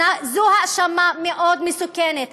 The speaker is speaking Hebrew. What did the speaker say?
זו האשמה מאוד מסוכנת.